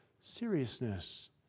seriousness